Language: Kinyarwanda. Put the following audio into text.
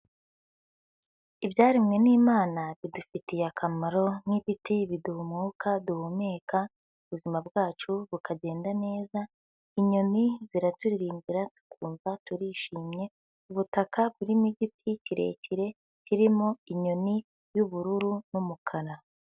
Ibyaremwe n'imana, bidufitiye akamaro nk'ibiti biduha umwuka duhumeka ubuzima bwacu bukagenda neza, inyoni ziraturirimbira tukumva turishimye, ubutaka burimo igiti kirekire, kirimo inyoni y'ubururu n'umukara.